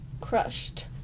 crushed